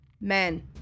men